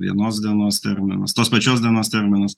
vienos dienos terminas tos pačios dienos terminas